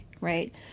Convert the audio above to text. right